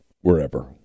wherever